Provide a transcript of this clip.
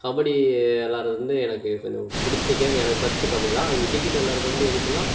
கபடி விளாட்றது வந்து எனக்கு கொஞ்சம் பிடித்த கேம் ஃபர்ஸ்ட்டு கபடி தான் அங்கே கிரிக்கெட்டு விளாட்றது வந்து எதுக்குனா